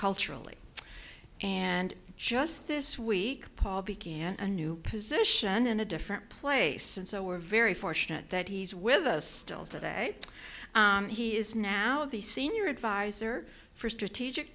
culturally and just this week paul began a new position in a different place and so we're very fortunate that he's with us still today he is now the senior advisor for strategic